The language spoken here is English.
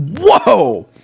Whoa